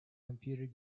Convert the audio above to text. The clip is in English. computer